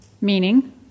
meaning